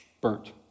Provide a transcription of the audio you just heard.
burnt